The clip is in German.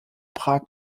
prag